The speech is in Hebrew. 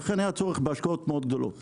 לכן היה צורך בהשקעות גדולות מאוד.